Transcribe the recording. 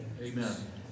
Amen